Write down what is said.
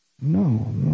No